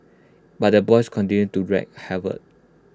but the boys continued to wreak havoc